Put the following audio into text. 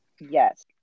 Yes